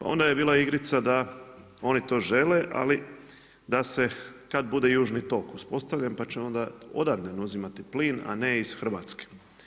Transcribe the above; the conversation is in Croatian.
A onda je bila igrica da oni to žele, ali da se kad bude južni tok postavljen, pa će onda odande uzimati plin a ne iz Hrvatske.